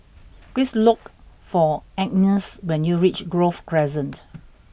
please look for Agness when you reach Grove Crescent